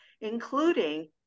including